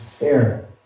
air